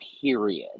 period